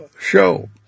show